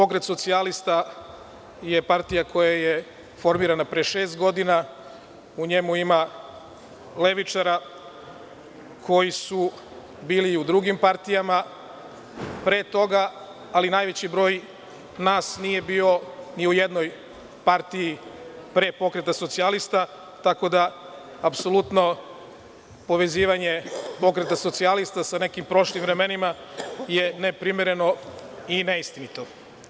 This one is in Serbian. Pokret socijalista je partija koja formirana pre šest godina, u njemu ima levičara koji su bili u drugim partijama pre toga, ali najveći broj nas nije bio ni u jednoj partiji pre Pokreta socijalista, tako da apsolutno povezivanje Pokreta socijalista sa nekim prošlim vremenima je neprimereno i neistinito.